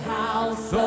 house